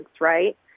right